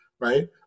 right